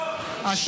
את היועמ"שית.